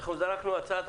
זרקנו הצעה,